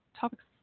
topics